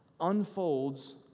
unfolds